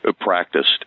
practiced